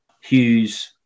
Hughes